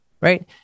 right